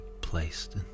placed